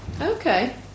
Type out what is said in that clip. Okay